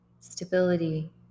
stability